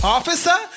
Officer